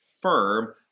firm